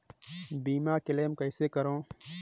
बीमा क्लेम कइसे करों?